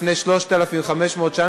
לפני 3,500 שנה.